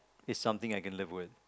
is something I can live with